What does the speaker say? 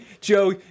Joe